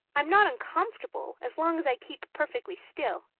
i'm not uncomfortable, as long as i keep perfectly still.